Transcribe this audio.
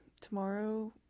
tomorrow